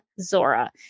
Zora